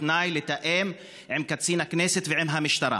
בתנאי: לתאם עם קצין הכנסת ועם המשטרה.